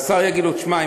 והשר יגיד לו: תשמע,